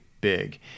big